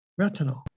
Retinol